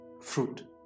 fruit